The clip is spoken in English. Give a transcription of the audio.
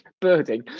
birding